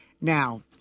Now